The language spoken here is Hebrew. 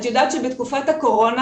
את יודעת שבתקופת הקורונה,